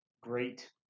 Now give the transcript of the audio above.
great